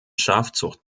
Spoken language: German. schafzucht